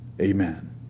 Amen